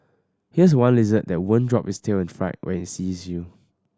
here's one lizard that won't drop its tail in fright when it sees you